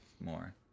more